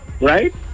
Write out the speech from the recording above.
right